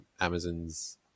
Amazon's